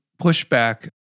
pushback